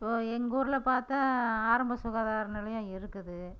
இப்போது எங்கூரில் பார்த்தா ஆரம்ப சுகாதார நிலையம் இருக்குது